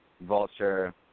Vulture